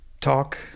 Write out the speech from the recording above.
talk